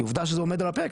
כי עובדה שזה עומד על הפרק,